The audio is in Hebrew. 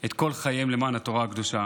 את כל חייהן למען התורה הקדושה.